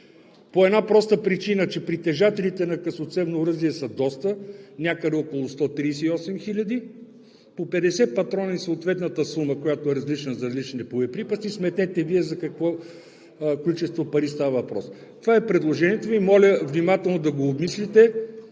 по една проста причина, че притежателите на късоцевно оръжие са доста, някъде около 138 хиляди, по 50 патрона и съответната сума, която е различна за различните боеприпаси – сметнете Вие за какво количество пари става въпрос. Това е предложението ми. Моля внимателно да го обмислите